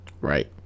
Right